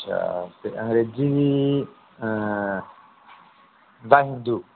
अच्छा ते अंग्रेजी दा हिंदू